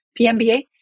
PMBA